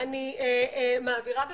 אני מעבירה בבקשה,